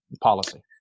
policy